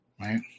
right